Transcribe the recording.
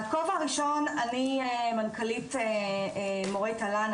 הכובע הראשון אני מנכ"לית מורי תל"ן,